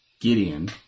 Gideon